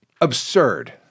Absurd